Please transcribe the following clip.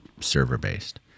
server-based